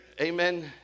amen